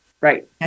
Right